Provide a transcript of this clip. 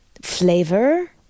flavor